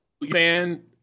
man